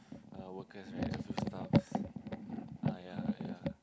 uh workers right a few staffs ah ya ya